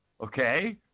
okay